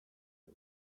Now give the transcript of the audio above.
who